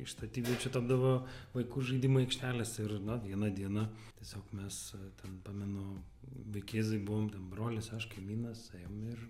iš statybviečių tapdavo vaikų žaidimų aikštelės ir na vieną dieną tiesiog mes ten pamenu vaikėzai buvom ten brolis aš kaimynas ėjom ir